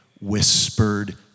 whispered